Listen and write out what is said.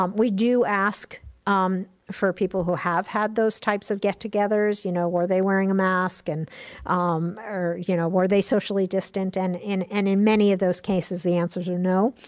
um we do ask um for people who have had those types of get-togethers, you know, were they wearing a mask? and um or you know, were they socially distant? and in and in many of those cases, the answers are no.